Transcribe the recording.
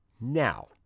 Now